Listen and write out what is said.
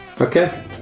Okay